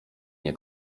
nie